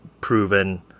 proven